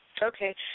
Okay